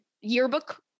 yearbook